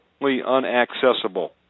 unaccessible